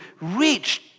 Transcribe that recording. reached